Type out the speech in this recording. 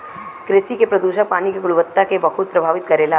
कृषि के प्रदूषक पानी के गुणवत्ता के बहुत प्रभावित करेला